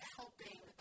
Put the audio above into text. helping